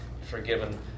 forgiven